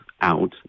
out